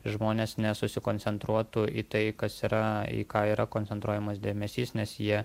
žmonės nesusikoncentruotų į tai kas yra į ką yra koncentruojamas dėmesys nes jie